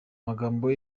magambo